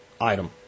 item